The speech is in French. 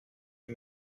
est